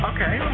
Okay